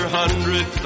hundred